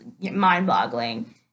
mind-boggling